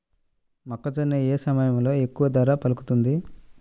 మొక్కజొన్న ఏ సమయంలో ఎక్కువ ధర పలుకుతుంది?